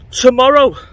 Tomorrow